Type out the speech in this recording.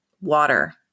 water